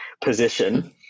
position